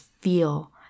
feel